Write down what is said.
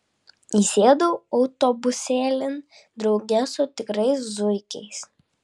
įsėdau autobusėlin drauge su tikrais zuikiais